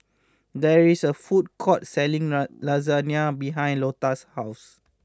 there is a food court selling Lasagne behind Lotta's house